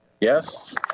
Yes